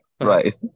right